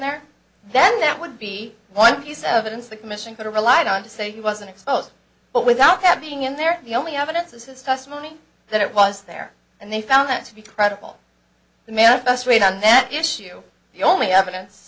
there then that would be one piece of evidence the commission could have relied on to say he wasn't exposed but without that being in there the only evidence is his testimony that it was there and they found that to be credible the manifest weighed on that issue the only evidence